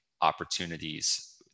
opportunities